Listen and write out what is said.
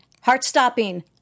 Heart-stopping